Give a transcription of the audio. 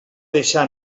deixar